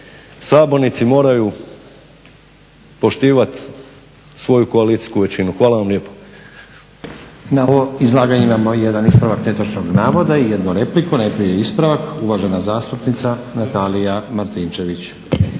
sabornici moraju poštivat svoju koalicijsku većinu. Hvala vam lijepo. **Stazić, Nenad (SDP)** Na ovo izlaganje imamo jedan ispravak netočnog navoda i jednu repliku. Najprije ispravak, uvažena zastupnica Natalija Martinčević.